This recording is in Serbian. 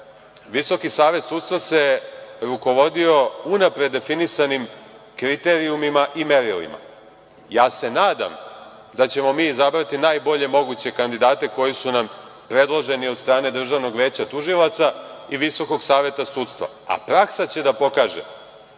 Visoki savet sudstva se rukovodio unapred definisanim kriterijumima i merilima. Ja se nadam da ćemo mi izabrati najbolje moguće kandidate koji su nam predloženi od strane Državnog veća tužilaca i Visokog saveta sudstva, a praksa će da pokaže